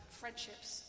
friendships